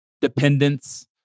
dependence